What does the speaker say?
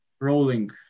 rolling